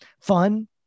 fun